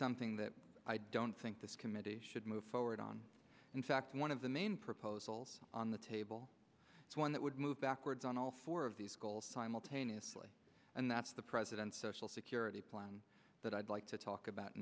something that i don't think this committee should move forward on in fact one of the main proposals on the table is one that would move backwards on all four of these goals simultaneously and that's the president's social security plan that i'd like to talk about